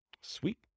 Sweet